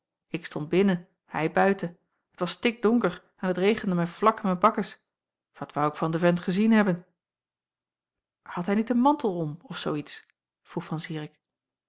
ik stond binnen hij buiten het was stikdonker en het regende mij vlak in mijn bakkes wat woû ik van den vent gezien hebben had hij niet een mantel om of zoo iets vroeg van